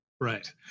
Right